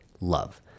love